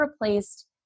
replaced